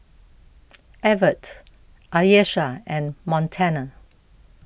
Evertt Ayesha and Montana